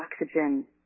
Oxygen